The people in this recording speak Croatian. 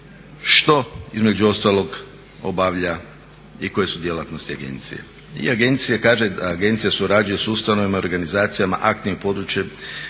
što između ostalog obavlja i koje su djelatnosti agencije. I agencija kaže da agencija surađuje sa ustanovama i organizacijama aktivnim područjem